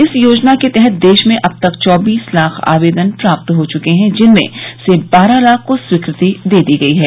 इस योजना के तहत देश में अब तक चौबीस लाख आवेदन प्राप्त हो चुके हैं जिनमें से बारह लाख को स्वीकृति दे दी गई है